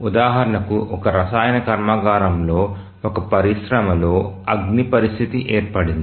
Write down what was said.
ఉదాహరణకు ఒక రసాయన కర్మాగారంలో ఒక పరిశ్రమలో అగ్ని పరిస్థితి ఏర్పడుతుంది